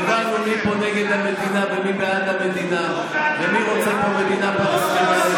הבנו מי פה נגד המדינה ומי בעד המדינה ומי רוצה פה מדינה פלסטינית.